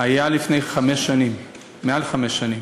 היה לפני חמש שנים, מעל חמש שנים,